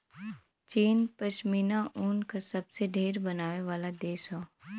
चीन पश्मीना ऊन क सबसे ढेर बनावे वाला देश हौ